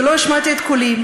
ולא השמעתי את קולי,